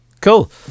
Cool